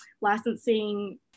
licensing